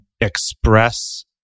express